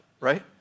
right